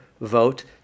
vote